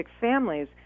families